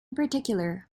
particular